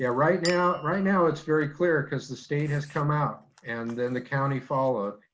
yeah right now right now it's very clear because the state has come out and then the county followed.